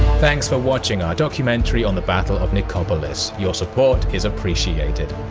thanks for watching our documentary on the battle of nicopolis. your support is appreciated.